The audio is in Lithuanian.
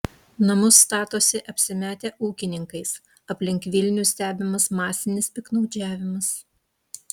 namus statosi apsimetę ūkininkais aplink vilnių stebimas masinis piktnaudžiavimas